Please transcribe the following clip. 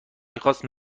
میخاست